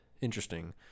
Interesting